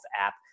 app